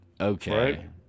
okay